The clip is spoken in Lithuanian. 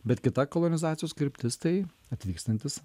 bet kita kolonizacijos kryptis tai atvykstantys